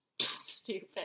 Stupid